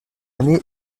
année